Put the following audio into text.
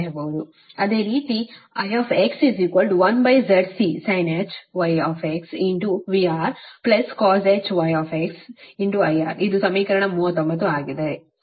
ಅದೇ ರೀತಿ Ix1Zc sinh γxVRcosh γxIR ಇದು ಸಮೀಕರಣ 39 ಆಗಿದೆ